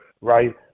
right